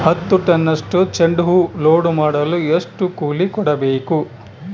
ಹತ್ತು ಟನ್ನಷ್ಟು ಚೆಂಡುಹೂ ಲೋಡ್ ಮಾಡಲು ಎಷ್ಟು ಕೂಲಿ ಕೊಡಬೇಕು?